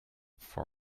for